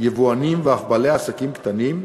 יבואנים ואף בעלי עסקים קטנים,